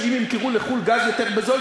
שאם ימכרו לחו"ל גז יותר בזול,